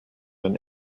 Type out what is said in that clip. than